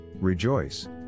Rejoice